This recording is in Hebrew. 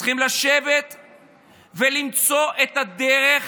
צריכים לשבת ולמצוא את הדרך